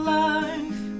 life